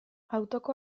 autoko